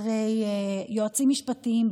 הרי יועצים משפטיים,